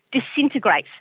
disintegrate,